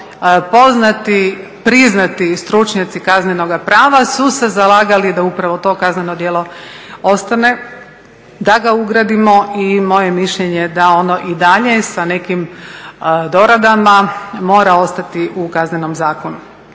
poznati, priznati stručnjaci kaznenoga prava su se zalagali da upravo to kazneno djelo ostane, da ga ugradimo. I moje je mišljenje da ono i dalje sa nekim doradama mora ostati u Kaznenom zakonu.